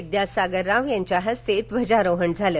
विद्यासागर राव यांच्या हस्ते ध्वजारोहण झालं